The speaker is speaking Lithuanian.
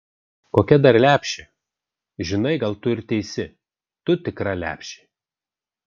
kokia dar lepšė žinai gal tu ir teisi tu tikra lepšė